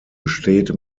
besteht